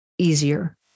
easier